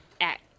act